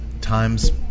times